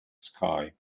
sky